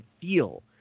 feel